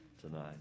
tonight